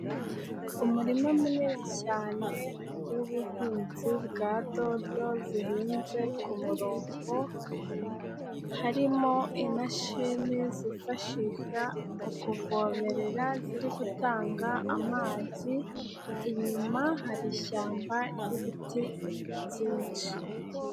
Umurima munini cyane w'ubuhinzi bwa dodo zihinze ku murongo, harimo imashini zifashisha mu ukuvomerera, ziri gutanga amazi, inyuma hari ishyamba ry'ibiti byinshi.